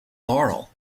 laurel